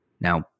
Now